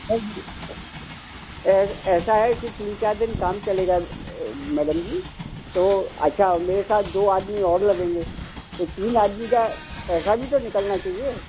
यह ऐसा है कि तीन चार दिन काम चलेगा मैडम जी तो अच्छा मेरे साथ दो आदमी और लगेंगे तो तीन आदमी का पैसा भी तो निकलना चाहिए